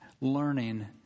learning